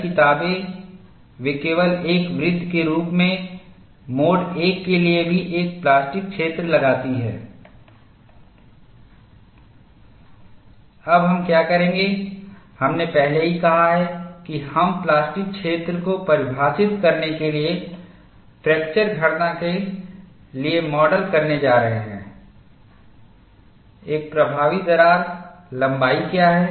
कई किताबें वे केवल एक वृत्त के रूप में मोड I के लिए भी एक प्लास्टिक क्षेत्र लगाती हैं अब हम क्या करेंगे हमने पहले ही कहा है कि हम प्लास्टिक क्षेत्र को परिभाषित करने के लिए फ्रैक्चर गणना के लिए माडल करने जा रहे हैं एक प्रभावी दरार लंबाई क्या है